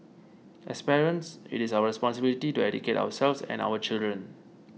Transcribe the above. as parents it is our responsibility to educate ourselves and our children